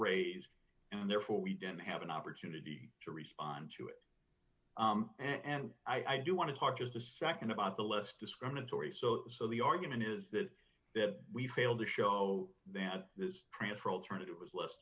raised and therefore we didn't have an opportunity to respond to it and i do want to talk just a nd about the less discriminatory so so the argument is that that we failed to show that this transfer alternative was le